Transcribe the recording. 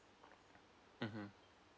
mmhmm